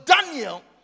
Daniel